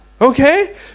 Okay